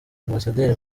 ambasaderi